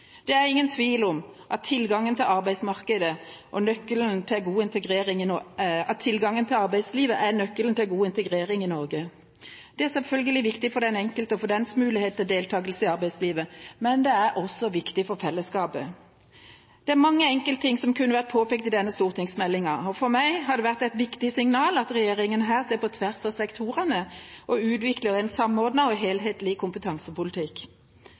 Det er ingen tvil om at tilgangen til arbeidslivet er nøkkelen til god integrering i Norge. Det er selvfølgelig viktig for den enkelte og den enkeltes mulighet til deltakelse i arbeidslivet, men det er også viktig for fellesskapet. Det er mange enkeltting som kunne vært påpekt i denne stortingsmeldingen. For meg har det vært et viktig signal at regjeringa her ser på tvers av sektorene og utvikler en samordnet og helhetlig kompetansepolitikk